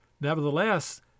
nevertheless